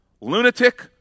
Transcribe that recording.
lunatic